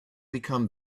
become